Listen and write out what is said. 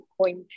point